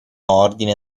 ordine